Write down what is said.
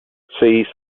see